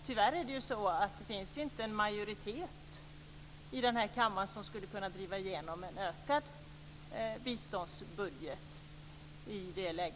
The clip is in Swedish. Tyvärr finns det inte någon majoritet i den här kammaren som skulle kunna driva igenom en utökad biståndsbudget.